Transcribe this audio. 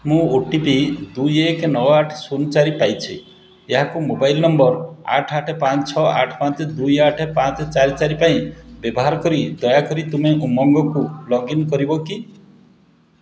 ମୁଁ O T P ଦୁଇ ଏକ ନଅ ଆଠ ସୁନ ଚାରି ପାଇଛି ଏହାକୁ ମୋବାଇଲ୍ ନମ୍ବର୍ ଆଠ ଆଠ ପାଞ୍ଚ ଛଅ ଆଠ ପାଞ୍ଚେ ଆଠ ପାଞ୍ଚେ ଚାରି ଚାରି ପାଇଁ ବ୍ୟବହାର କରି ଦୟାକରି ତୁମେ ଉମଙ୍ଗକୁ ଲଗ୍ଇନ୍ କରିବ କି